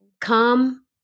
come